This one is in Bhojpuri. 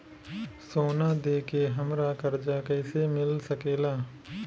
सोना दे के हमरा कर्जा कईसे मिल सकेला?